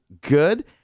good